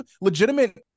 legitimate